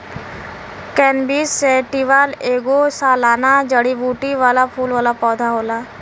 cannabis sativa ऐगो सालाना जड़ीबूटी वाला फूल वाला पौधा होला